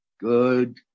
Good